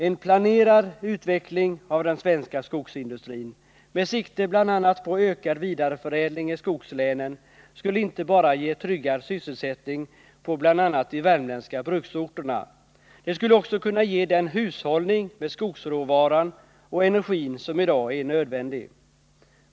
En planerad utveckling av den svenska skogsindustrin — med sikte på bl.a. ökad vidareförädling i skogslänen — skulle inte bara ge tryggad sysselsättning på bl.a. de värmländska bruksorterna. Det skulle också kunna ge den hushållning med skogsråvara och energi som i dag är nödvändig.